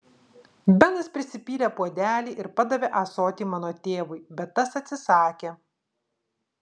benas prisipylė puodelį ir padavė ąsotį mano tėvui bet tas atsisakė